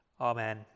Amen